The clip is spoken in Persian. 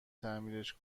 تعمیرش